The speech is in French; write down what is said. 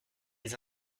les